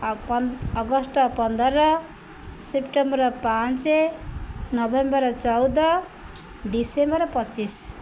ଅଗ ପନ୍ଦ ଅଗଷ୍ଟ ପନ୍ଦର ସେପ୍ଟେମ୍ବର ପାଞ୍ଚ ନଭେମ୍ବର ଚଉଦ ଡିସେମ୍ବର ପଚିଶି